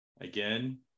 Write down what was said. Again